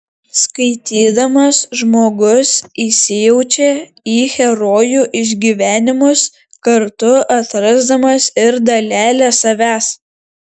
skaitydamas žmogus įsijaučia į herojų išgyvenimus kartu atrasdamas ir dalelę savęs